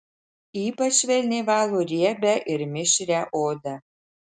ypač švelniai valo riebią ir mišrią odą